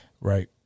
Right